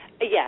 yes